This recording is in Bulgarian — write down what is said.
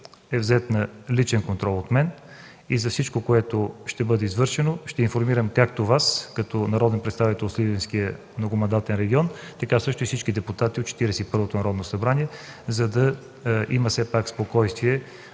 е взет на личен контрол от мен и за всичко, което ще бъде извършено, ще информирам както Вас, като народен представител от Сливенски многомандатен район, така също и всички депутати от 41-то Народно събрание, за да има спокойствие